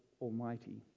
Almighty